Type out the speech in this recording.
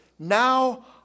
Now